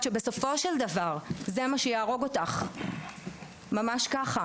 שבסופו של דבר זה מה שיהרוג אותך - ממש כך.